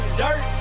dirt